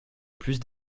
plus